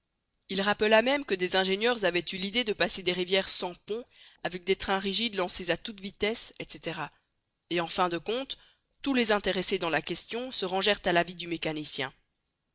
il rappela même que des ingénieurs avaient eu l'idée de passer des rivières sans pont avec des trains rigides lancés à toute vitesse etc et en fin de compte tous les intéressés dans la question se rangèrent à l'avis du mécanicien